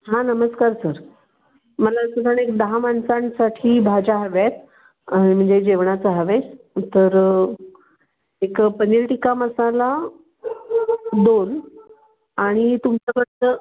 हां नमस्कार सर मला सधारण एक दहा माणसांसाठी भाज्या हव्या आहेत म्हणजे जेवणाचं हवं आहे तर एक पनीर टिक्का मसाला दोन आणि तुमच्याकडचं